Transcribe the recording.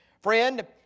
Friend